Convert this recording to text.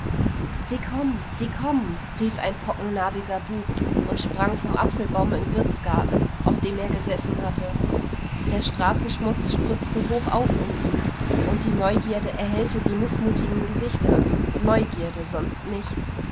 sie kommen sie kommen rief ein pockennarbiger bub und sprang vom apfelbaum im wirtsgarten auf dem er gesessen hatte der straßenschmutz spritzte hoch auf um ihn und die neugierde erhellte die mißmutigen gesichter neugierde sonst nichts